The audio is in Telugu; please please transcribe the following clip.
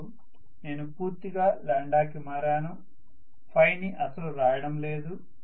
ఇప్పుడు నేను పూర్తిగా కి మారాను Ф ని అసలు రాయడం లేదు